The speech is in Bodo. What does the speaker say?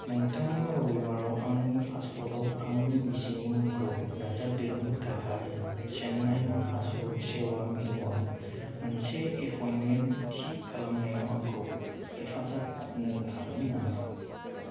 नोंथाङा रबिबारआव आंनि पासपर्ट आव आंनि बिसिनि मुंखौ दाजाबदेरनो थाखाय चेन्नाइआव पासपोर्ट सेवा मिरुआव मोनसे एपइन्टमेन्ट थि खालामनायाव आंखौ हेफाजाब होनो हागोन नामा